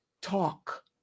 talk